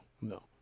no